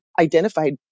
identified